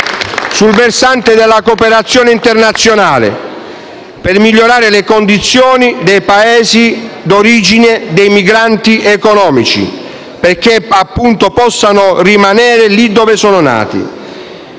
sul versante della cooperazione internazionale per migliorare le condizioni dei Paesi d'origine dei migranti economici perché possano rimanere lì dove sono nati.